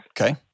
Okay